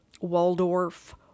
Waldorf